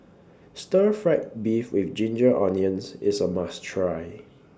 Stir Fried Beef with Ginger Onions IS A must Try